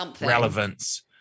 relevance